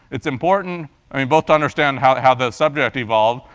it's important i mean both to understand how how the subject evolved,